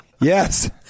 Yes